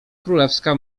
królewska